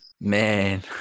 Man